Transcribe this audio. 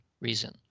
reason